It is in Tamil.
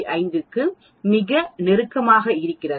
5க்கு மிக நெருக்கமாக இருக்கிறதா